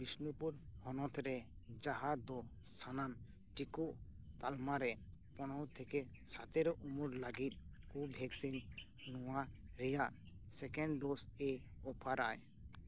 ᱵᱤᱥᱱᱩᱯᱩᱨ ᱦᱚᱱᱚᱛ ᱨᱮ ᱡᱟᱦᱟᱸ ᱫᱚ ᱥᱟᱱᱟᱢ ᱴᱤᱠᱟᱹ ᱛᱟᱞᱢᱟᱨᱮ ᱯᱚᱱᱨᱚ ᱛᱷᱮᱠᱮ ᱥᱟᱛᱮᱨᱚ ᱩᱢᱮᱨ ᱞᱟᱹᱜᱤᱫ ᱠᱳ ᱵᱷᱮᱠᱥᱤᱱ ᱱᱚᱣᱟ ᱨᱮᱭᱟᱜ ᱥᱮᱠᱮᱱᱰ ᱰᱳᱡᱽᱼᱮ ᱚᱯᱷᱟᱨᱟᱭ